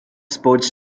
sports